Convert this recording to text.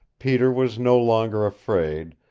peter was no longer afraid,